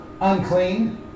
unclean